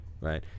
right